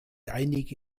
einige